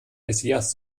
messias